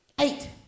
Eight